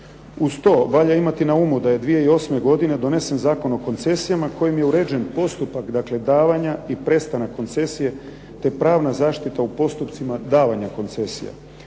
Uz to valja imati na umu da je 2008. godine donesen Zakon o koncesijama kojim je uređen postupak, dakle davanja i prestanak koncesije, te pravna zaštita u postupcima davanja koncesijama,